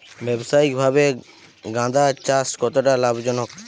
ব্যবসায়িকভাবে গাঁদার চাষ কতটা লাভজনক?